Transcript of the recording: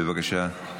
בבקשה,